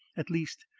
at least,